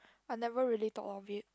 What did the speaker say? I never really thought of it